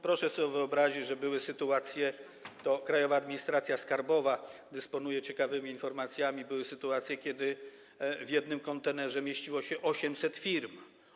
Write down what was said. Proszę sobie wyobrazić, że były sytuacje - Krajowa Administracja Skarbowa dysponuje ciekawymi informacjami - że w jednym kontenerze mieściło się 800 firm.